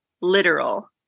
literal